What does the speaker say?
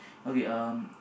okay um